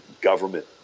government